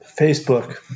Facebook